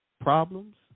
problems